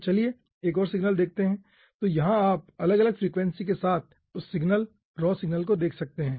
तो चलिए एक और सिग्नल देखते हैं तो यहां आप अलग अलग फ्रीक्वेंसी के साथ उस सिग्नल रॉ सिग्नल को देख सकते हैं